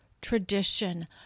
tradition